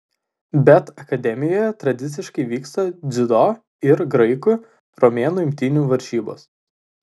bet akademijoje tradiciškai vyksta dziudo ir graikų romėnų imtynių varžybos